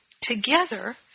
together